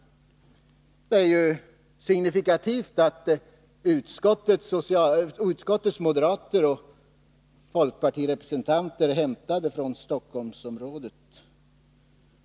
Det är signifikativt att utskottets moderater och folkpartister är hämtade från Stockholmsområdet.